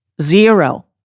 Zero